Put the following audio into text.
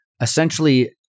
essentially